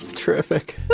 terrific.